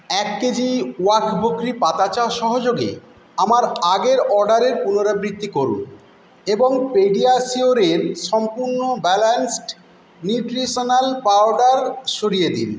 এক কেজি ওয়াঘ বকরি পাতা চা সহযোগে আমার আগের অর্ডারের পুনরাবৃত্তি করুন এবং পেডিয়াশিওরের সম্পূর্ণ ব্যালান্সড নিউট্রিশনাল পাউডার সরিয়ে দিন